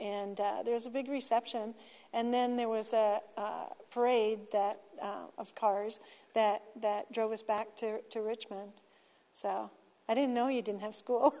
and there's a big reception and then there was a parade that of cars that that drove us back to to richmond so i didn't know you didn't have school